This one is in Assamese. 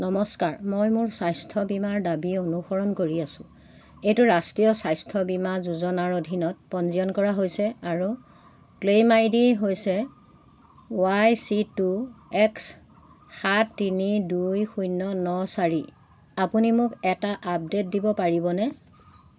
নমস্কাৰ মই মোৰ স্বাস্থ্য বীমাৰ দাবী অনুসৰণ কৰি আছোঁ এইটো ৰাষ্ট্ৰীয় স্বাস্থ্য বীমা যোজনাৰ অধীনত পঞ্জীয়ন কৰা হৈছে আৰু ক্লেইম আই ডি হৈছে ৱাই চি টু এক্স সাত তিনি দুই শূন্য ন চাৰি আপুনি মোক এটা আপডে'ট দিব পাৰিবনে